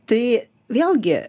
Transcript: tai vėlgi